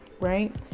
Right